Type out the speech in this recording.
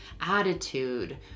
attitude